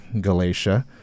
Galatia